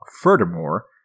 Furthermore